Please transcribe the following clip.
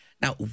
Now